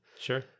Sure